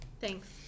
Thanks